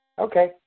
Okay